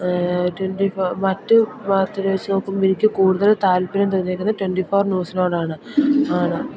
twenty four മറ്റു വാര്ത്തകൾ വെച്ചു നോക്കുമ്പോൾ എനിക്ക് കൂടുതൽ താല്പര്യം തോന്നിയേക്കുന്നത് ട്വന്റി ഫോർ ന്യൂസിനോടാണ് ആണ്